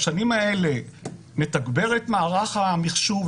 בשנים האלה נתגבר את מערך המיחשוב,